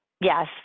Yes